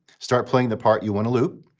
start playing the part you want to loop.